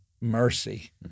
mercy